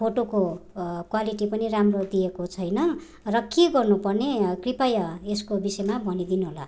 फोटोको क्वालिटी पनि राम्रो दिएको छैन र के गर्नुपर्ने कृपया यसको विषयमा भनिदिनु होला